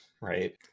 right